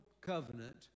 covenant